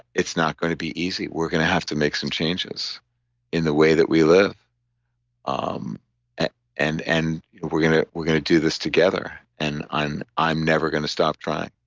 it's not going to be easy. we're going to have to make some changes in the way that we live um ah and and we're going ah we're going to do this together. and i'm i'm never going to stop trying